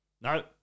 no